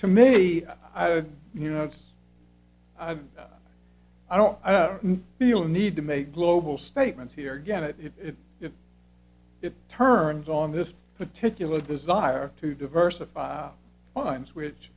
to me you know it's i don't feel the need to make global statements here get it if it if it turns on this particular desire to diversify our minds which